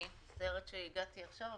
אני מצטערת שהגעתי עכשיו,